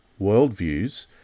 worldviews